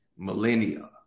millennia